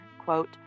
quote